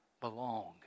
belong